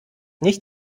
nicht